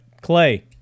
Clay